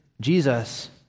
Jesus